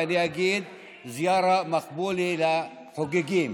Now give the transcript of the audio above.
ואני אגיד זיארה מקבולה לחוגגים.